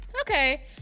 Okay